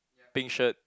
pink shirt